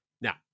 now